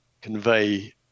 convey